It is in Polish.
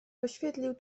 oświetlił